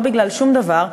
לא בגלל שום דבר.